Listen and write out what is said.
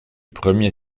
premier